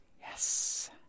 Yes